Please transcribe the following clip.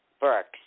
Burks